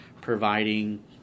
providing